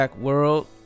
World